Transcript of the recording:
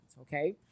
okay